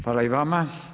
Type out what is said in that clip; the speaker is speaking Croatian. Hvala i vama.